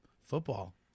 football